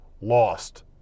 lost